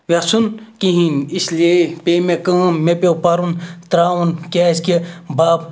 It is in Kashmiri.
وٮ۪ژھُن کِہیٖنۍ اِسلیے پے مےٚکٲم مےٚ پیوٚو پَرُن ترٛاوُن کیٛازِکہِ بَب